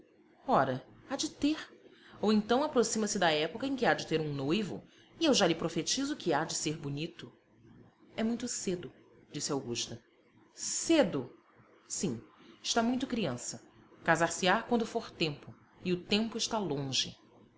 ora há de ter ou então aproxima-se da época em que há de ter um noivo e eu já lhe profetizo que há de ser bonito é muito cedo disse augusta cedo sim está muito criança casar-se-á quando for tempo e o tempo está longe